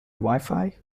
wifi